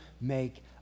make